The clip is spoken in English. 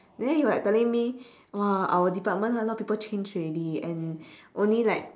then he was like telling me !wah! our department a lot of people change already and only like